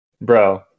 Bro